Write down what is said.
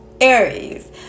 Aries